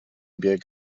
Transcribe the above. bieg